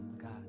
God